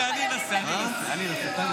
רגע, אני אנסה, אני אנסה.